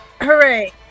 Hooray